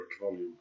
volume